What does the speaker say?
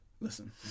listen